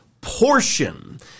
portion